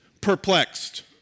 perplexed